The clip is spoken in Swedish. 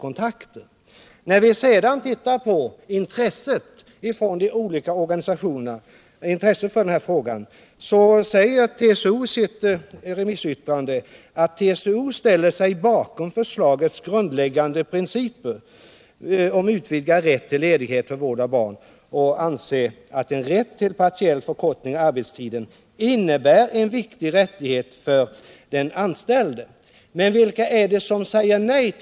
Ser vi sedan på de olika organisationernas intresse för denna fråga, finner man att TCO i sitt remissyttrande uttalade att TCO ställer sig bakom förslagets grundläggande principer om utvidgad rätt till ledighet för vård av barn och anser att en rätt till partiell törkortning av arbetstiden innebär en viktig rättighet för don anställde. Men vilka är det som säger nej?